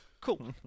cool